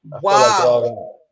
Wow